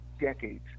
decades